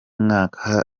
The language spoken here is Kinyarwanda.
mwaka